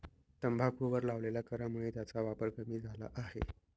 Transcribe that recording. तंबाखूवर लावलेल्या करामुळे त्याचा वापर कमी झाला आहे